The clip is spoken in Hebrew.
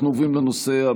אם כן,